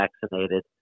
vaccinated